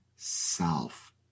self